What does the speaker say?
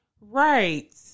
Right